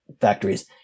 factories